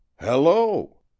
hello